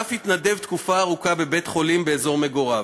ואף התנדב תקופה ארוכה בבית-חולים באזור מגוריו,